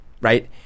right